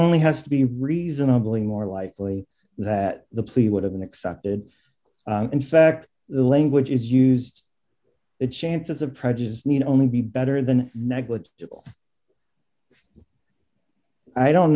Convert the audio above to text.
only has to be reasonably more likely that the plea would have been accepted in fact the language is used the chances of prejudice need only be better than negligible i don't